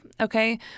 okay